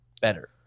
better